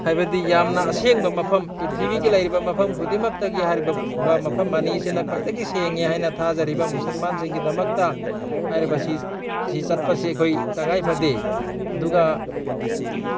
ꯍꯥꯏꯕꯗꯤ ꯌꯥꯝꯅ ꯑꯁꯦꯡꯕ ꯃꯐꯝ ꯄ꯭ꯔꯤꯊꯤꯕꯤꯒꯤ ꯂꯩꯔꯤꯕ ꯃꯐꯝ ꯈꯨꯗꯤꯡꯃꯛꯇꯒꯤ ꯍꯥꯏꯔꯤꯕ ꯃꯐꯝ ꯑꯅꯤꯁꯤꯅ ꯈ꯭ꯋꯥꯏꯗꯒꯤ ꯁꯦꯡꯉꯤ ꯍꯥꯏꯅ ꯊꯥꯖꯔꯤꯕ ꯃꯨꯜꯁꯟꯃꯥꯟꯁꯤꯡꯒꯤꯗꯃꯛꯇ ꯍꯥꯏꯔꯤꯕꯁꯤ ꯁꯤ ꯆꯠꯄꯁꯤ ꯑꯩꯈꯣꯏ ꯇꯉꯥꯏꯐꯗꯦ ꯑꯗꯨꯒ